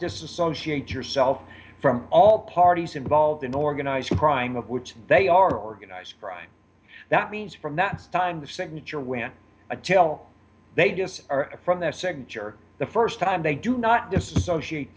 disassociate yourself from all parties involved in organized crime of which they are organized crime that means from that time the signature when a till they just are from their signature the first time they do not disassociate